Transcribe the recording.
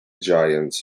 giants